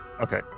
okay